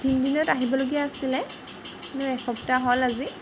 তিনি দিনত আহিবলগীয়া আছিলে কিন্তু এসপ্তাহ হ'ল আজি